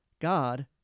God